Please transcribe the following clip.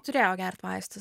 turėjau gert vaistus